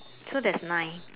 so there's nine